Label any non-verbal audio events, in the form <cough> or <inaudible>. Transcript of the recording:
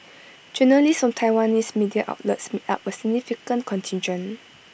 <noise> journalists from Taiwanese media outlets make up A significant contingent